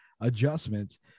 adjustments